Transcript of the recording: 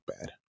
bad